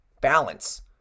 Balance